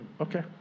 Okay